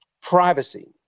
privacy